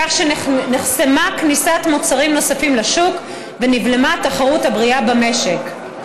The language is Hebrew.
כך שנחסמה כניסת מוצרים נוספים לשוק ונבלמה התחרות הבריאה במשק.